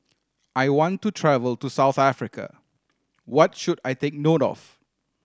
I want to travel to South Africa what should I take note of